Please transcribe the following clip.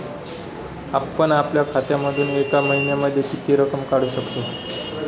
आपण आपल्या खात्यामधून एका महिन्यामधे किती रक्कम काढू शकतो?